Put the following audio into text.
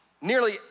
Nearly